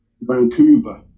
Vancouver